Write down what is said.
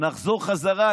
נחזור חזרה,